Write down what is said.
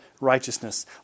righteousness